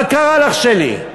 מה קרה לך, שלי?